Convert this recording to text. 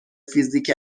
فیزیک